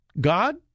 God